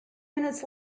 minutes